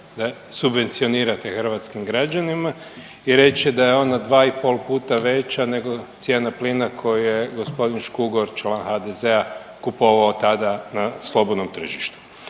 danas subvencionirate hrvatskim građanima i reći da je onda 2,5 puta veća nego cijena plina koji je gospodin Škugor član HDZ-a kupovao tada na slobodnom tržištu.